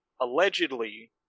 Allegedly